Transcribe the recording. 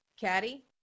caddy